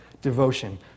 devotion